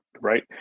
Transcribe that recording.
right